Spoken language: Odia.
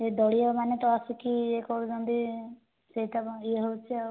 ସେଇ ଦଳୀୟ ମାନେ ତ ଆସିକି ଇଏ କରୁଛନ୍ତି ସେଇତ ଇଏ ହେଉଛି ଆଉ